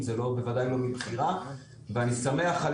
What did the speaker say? או יחד עם שש השנים